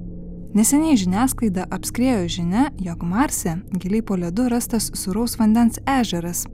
neseniai žiniasklaidą apskriejo žinia jog marse giliai po ledu rastas sūraus vandens ežeras